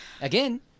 again